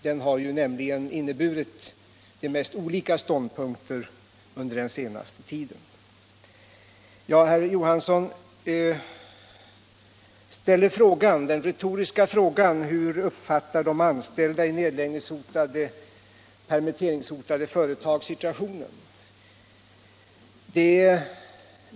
Man har ju intagit de mest skiftande ståndpunkter under den senaste tiden. Herr Johansson i Ljungby ställer den retoriska frågan: Hur uppfattar de anställda i permitteringshotade företag situationen?